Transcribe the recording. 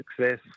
success